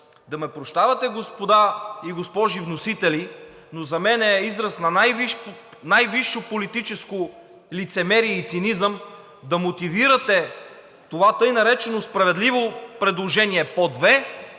Да ме прощавате, господа и госпожи вносители, но за мен е израз на най-висше политическо лицемерие и цинизъм да мотивирате това така наречено справедливо предложение по две